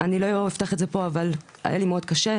אני לא אפתח את זה פה אבל היה לי מאוד קשה.